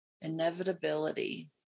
Inevitability